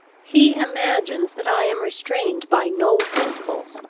he imagines that i am restrained by no principles,